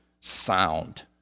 sound